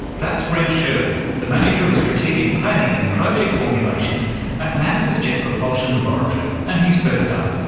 that's brent sherwood, the manager of strategic planning and project formulation at nasa's jet propulsion laboratory. and he's first up.